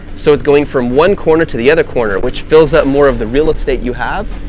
so it's going from one corner to the other corner which fills up more of the real-estate you have,